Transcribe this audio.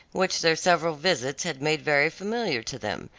which their several visits had made very familiar to them,